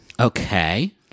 Okay